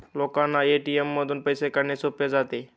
लोकांना ए.टी.एम मधून पैसे काढणे सोपे जाते